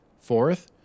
Fourth